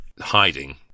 hiding